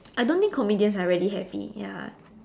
I don't think comedians are really happy ya